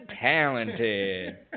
talented